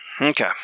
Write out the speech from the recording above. Okay